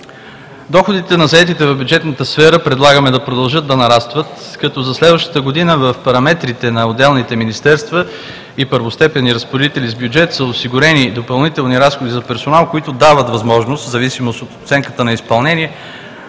Доходите на заетите в бюджетната сфера предлагаме да продължат да нарастват, като за следващата година в параметрите на отделните министерства и първостепенни разпоредители с бюджет са осигурени допълнителни разходи за персонал, които дават възможност в зависимост от оценката на изпълнение